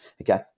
okay